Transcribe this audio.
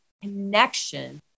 connection